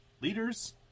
leaders